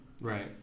Right